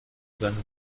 seinem